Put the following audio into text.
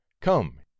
come